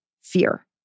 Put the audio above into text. fear